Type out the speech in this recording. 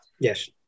Yes